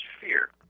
fear